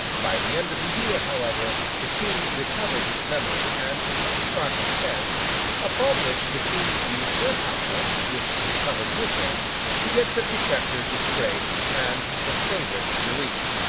by the end of the year, however, the king recovered his memory and some spark of sense upon which the queen used her power which recovered with him to get the protector disgraced, and her favourite released.